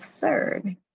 third